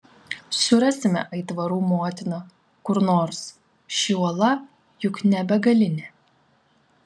surasime aitvarų motiną kur nors ši uola juk ne begalinė